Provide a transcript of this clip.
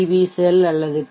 we cell அல்லது B